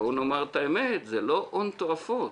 בואו נאמר את האמת, זה לא הון תועפות.